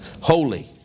holy